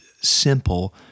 simple